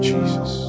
Jesus